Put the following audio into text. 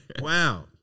Wow